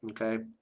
okay